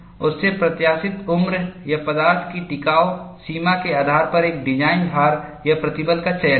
उस से प्रत्याशित उम्र या पदार्थ की टिकाव सीमा के आधार पर एक डिज़ाइन भार या प्रतिबल का चयन करें